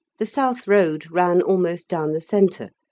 the south road ran almost down the centre,